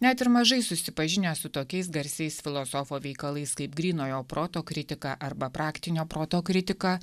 net ir mažai susipažinę su tokiais garsiais filosofo veikalais kaip grynojo proto kritika arba praktinio proto kritika